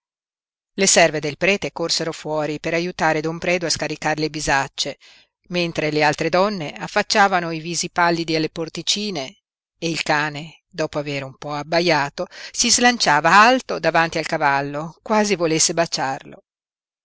le serve del prete corsero fuori per aiutare don predu a scaricar le bisacce mentre le altre donne affacciavano i visi pallidi alle porticine e il cane dopo aver un po abbaiato si slanciava alto davanti al cavallo quasi volesse baciarlo